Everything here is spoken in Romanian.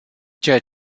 ceea